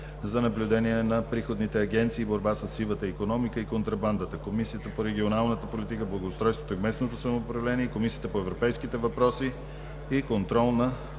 за наблюдение на приходните агенции и борба със сивата икономика и контрабандата, Комисията по регионалната политика, благоустройството и местното самоуправление и Комисията по европейските въпроси и контрол на